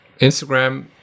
Instagram